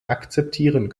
akzeptieren